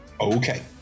Okay